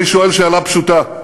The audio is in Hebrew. אני שואל שאלה פשוטה: